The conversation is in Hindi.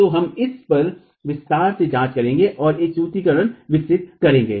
तो हम इस पर विस्तार से जांच करेंगे और एक सूत्रीकरण विकसित करेंगे